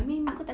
I mean